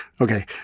Okay